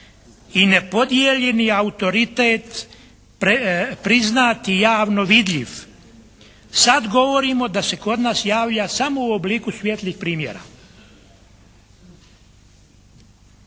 i nepodijeljeni autoritet priznat i javno vidljiv. Sad govorimo da se kod javlja samo u obliku svijetlih primjera.